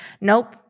nope